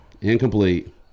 Incomplete